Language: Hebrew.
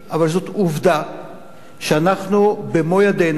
אבל זאת עובדה שאנחנו, במו ידינו,